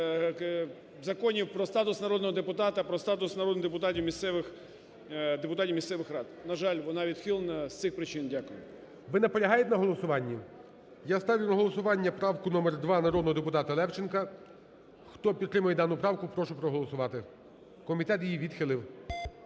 законів про статус народного депутата, про статус народних депутатів місцевих рад. На жаль, вона відхилена з цих причин. Дякую. ГОЛОВУЮЧИЙ. Ви наполягаєте на голосуванні? Я ставлю на голосування правку номер 2 народного депутата Левченка. Хто підтримує дану правку, прошу проголосувати. Комітет її відхилив.